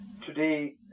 Today